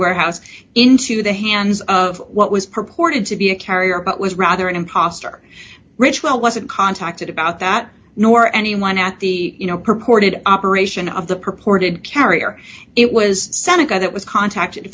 warehouse into the hands of what was purported to be a carrier but was rather an imposter ridgwell wasn't contacted about that nor anyone at the you know purported operation of the purported carrier it was seneca that was contacted